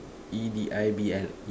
E D I B L E